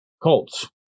Colts